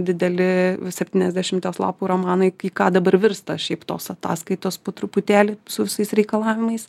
dideli septyniasdešimties lapų romanai į ką dabar virsta šiaip tos ataskaitos po truputėlį su visais reikalavimais